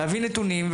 להביא נתונים.